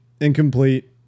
incomplete